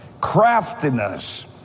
craftiness